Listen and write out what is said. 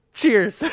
cheers